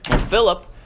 Philip